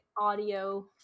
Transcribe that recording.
audio